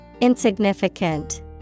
Insignificant